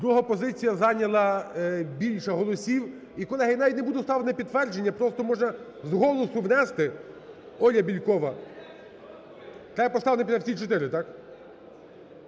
Друга позиція зайняла більше голосів. І, колеги, навіть не буду ставити на підтвердження, просто може з голосу внести? Оля Бєлькова? Треба поставити, напевно, всі чотири. Так?